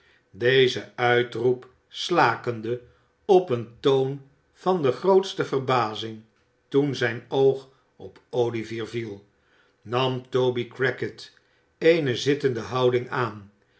dezen uitroep slakende op een toon van de grootste verbazing toen zijn oog op olivier viel nam toby crackit eene zittende houding aan